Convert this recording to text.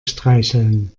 streicheln